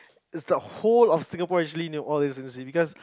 it's got whole of Singapore actually know all these because